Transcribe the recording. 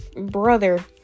brother